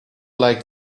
like